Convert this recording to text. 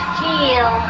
feel